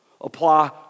apply